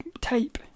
tape